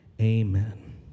amen